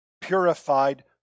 purified